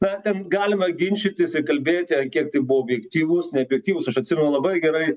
na ten galima ginčytis ir kalbėti ant kiek tai buvo objektyvus nebojektyvus aš atsimenu labai gerai